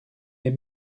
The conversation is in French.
les